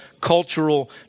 cultural